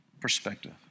perspective